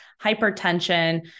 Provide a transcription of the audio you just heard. hypertension